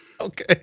Okay